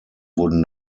wurden